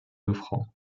lefranc